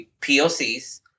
pocs